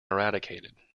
eradicated